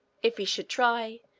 if he should try,